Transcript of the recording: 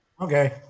Okay